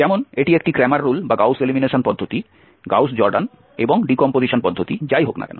যেমন এটি একটি ক্র্যামার রুল বা গাউস এলিমিনেশন পদ্ধতি গাউস জর্ডান এবং ডি কম্পোজিশন পদ্ধতি যাই হোক না কেন